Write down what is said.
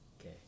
Okay